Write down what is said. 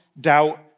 doubt